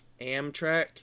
Amtrak